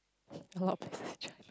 a lot of places in China